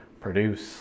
produce